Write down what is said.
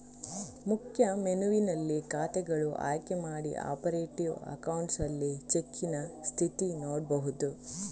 ಮುಖ್ಯ ಮೆನುವಿನಲ್ಲಿ ಖಾತೆಗಳು ಆಯ್ಕೆ ಮಾಡಿ ಆಪರೇಟಿವ್ ಅಕೌಂಟ್ಸ್ ಅಲ್ಲಿ ಚೆಕ್ಕಿನ ಸ್ಥಿತಿ ನೋಡ್ಬಹುದು